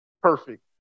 perfect